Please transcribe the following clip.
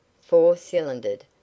Four-cylindered